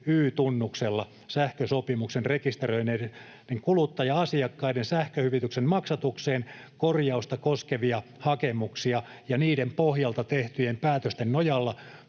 Y-tunnuksella sähkösopimuksen rekisteröineiden kuluttaja-asiakkaiden sähköhyvityksen maksatuksen korjausta koskevia hakemuksia ja niiden pohjalta tehtyjen päätösten nojalla